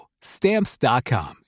Stamps.com